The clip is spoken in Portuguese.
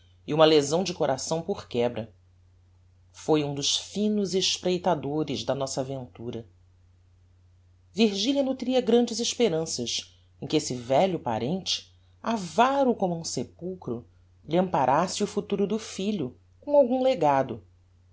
e uma lesão de coração por quebra foi um dos finos espreitadores da nossa aventura virgilia nutria grandes esperanças em que esse velho parente avaro como um sepulchro lhe amparasse o futuro do filho com algum legado